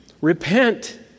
repent